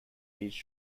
beach